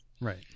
Right